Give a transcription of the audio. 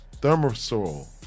Thermosol